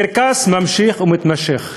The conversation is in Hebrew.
הקרקס ממשיך ומתמשך,